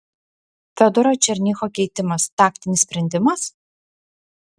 fiodoro černycho keitimas taktinis sprendimas